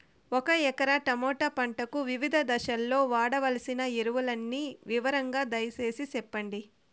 ఒక ఎకరా టమోటా పంటకు వివిధ దశల్లో వాడవలసిన ఎరువులని వివరంగా దయ సేసి చెప్పండి?